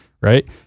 right